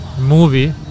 movie